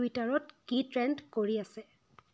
টুইটাৰত কি ট্ৰেণ্ড কৰি আছে